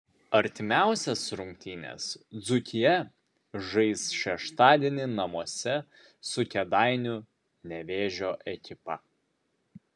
artimiausias rungtynes dzūkija žais šeštadienį namuose su kėdainių nevėžio ekipa